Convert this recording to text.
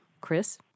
Chris